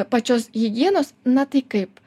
pačios higienos na tai kaip